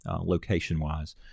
location-wise